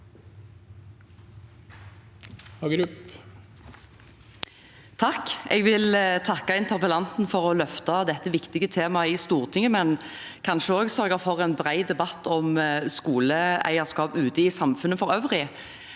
Jeg vil takke inter- pellanten for å løfte dette viktige temaet i Stortinget, men kanskje også for å sørge for en bred debatt om skoleeierskap ute i samfunnet for øvrig.